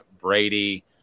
Brady